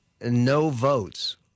no-votes